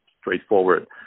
straightforward